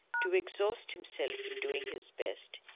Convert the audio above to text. to exhaust himself in doing his best,